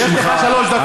יש לך שלוש דקות.